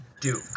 duke